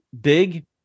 big